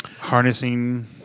harnessing